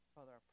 Father